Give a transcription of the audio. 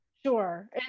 Sure